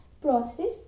process